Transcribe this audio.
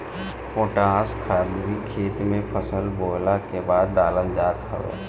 potash खाद भी खेत में फसल बोअला के बाद डालल जात हवे